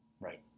Right